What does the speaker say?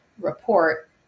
report